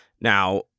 now